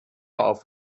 auf